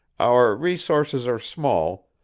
our resources are small,